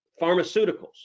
pharmaceuticals